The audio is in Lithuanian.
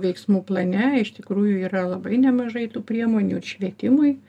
veiksmų plane iš tikrųjų yra labai nemažai tų priemonių ir švietimui